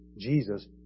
Jesus